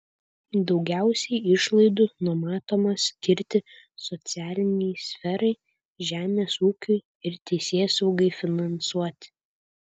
daugiausiai išlaidų numatoma skirti socialinei sferai žemės ūkiui ir teisėsaugai finansuoti